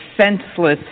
senseless